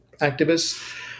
activists